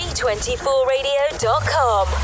G24radio.com